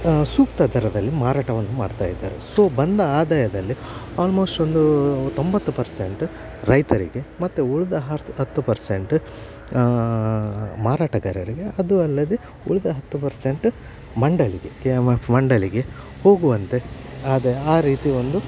ಸೂಕ್ತ ದರದಲ್ಲಿ ಮಾರಾಟವನ್ನು ಮಾಡ್ತಾ ಇದ್ದಾರೆ ಸೊ ಬಂದ ಆದಾಯದಲ್ಲಿ ಆಲ್ಮೋಸ್ಟ್ ಒಂದು ತೊಂಬತ್ತು ಪರ್ಸೆಂಟ್ ರೈತರಿಗೆ ಮತ್ತೆ ಉಳಿದ ಹತ್ತು ಹತ್ತು ಪರ್ಸೆಂಟ್ ಮಾರಾಟಗಾರರಿಗೆ ಅದು ಅಲ್ಲದೆ ಉಳಿದ ಹತ್ತು ಪರ್ಸೆಂಟ್ ಮಂಡಳಿಗೆ ಕೆ ಎಮ್ ಎಫ್ ಮಂಡಳಿಗೆ ಹೋಗುವಂತೆ ಆದಾಯ ಆ ರೀತಿ ಒಂದು